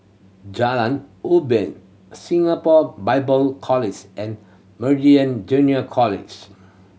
Jalan Ubin Singapore Bible and Junior College